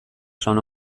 esan